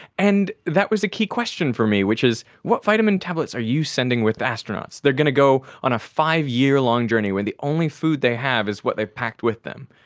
and that was a key question for me, which is what vitamin tablets are you sending with the astronauts? they are going to go on a five-year-long journey where the only food they have is what they've packed with them.